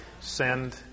send